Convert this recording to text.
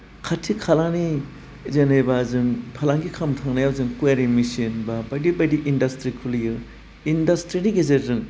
खाथि खालानि जेनेबा जों फालांगि खामनो थांनायाव जों कुवारि मेसिन बा बायदि बायदि इन्डाट्रि खुलियो इन्डास्ट्रिनि गोजोरजों